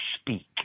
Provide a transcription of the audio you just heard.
speak